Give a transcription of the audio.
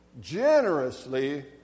generously